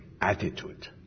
attitude